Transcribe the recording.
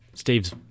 Steve's